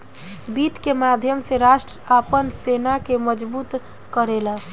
वित्त के माध्यम से राष्ट्र आपन सेना के मजबूत करेला